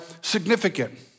significant